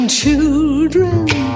children